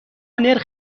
نرخ